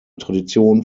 tradition